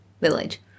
village